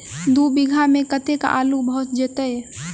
दु बीघा मे कतेक आलु भऽ जेतय?